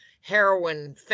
heroin